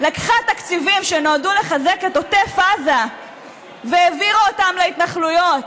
לקחה תקציבים שנועדו לחזק את עוטף עזה והעבירה אותם להתנחלויות?